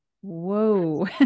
whoa